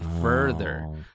further